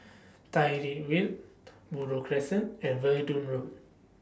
Tyrwhitt Road Buroh Crescent and Verdun Road